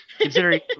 Considering